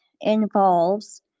involves